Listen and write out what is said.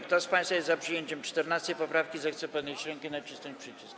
Kto z państwa jest za przyjęciem 14. poprawki, zechce podnieść rękę i nacisnąć przycisk.